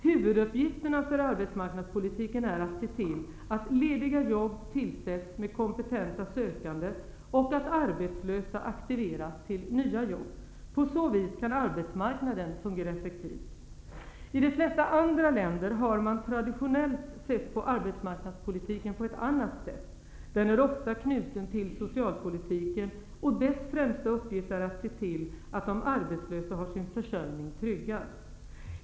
Huvuduppgifterna för arbetsmarknadspolitiken är att se till att lediga jobb tillsätts med kompetenta sökande och att arbetslösa aktiveras till nya jobb. På så vis kan arbetsmarknaden fungera effektivt. I de flesta andra länder har man traditionellt sett på arbetsmarknadspolitiken på ett annat sätt. Den är ofta knuten till socialpolitiken, och dess främsta uppgift är att se till att de arbetslösa har sin försörjning tryggad.